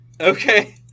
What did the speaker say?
Okay